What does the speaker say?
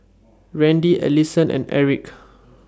Randi Ellison and Erick